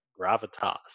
gravitas